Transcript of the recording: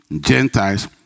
Gentiles